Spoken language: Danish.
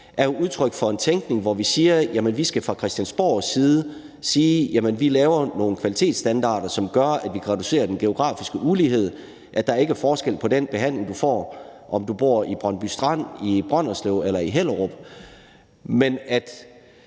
er jo udtryk for en tænkning om, at vi fra Christiansborgs side skal lave nogle kvalitetsstandarder, som gør, at vi kan reducere den geografiske ulighed, så der ikke er forskel på den behandling, du får, hvad enten du bor i Brøndby Strand, i Brønderslev eller i Hellerup, og at